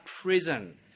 prison